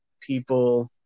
people